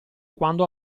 quando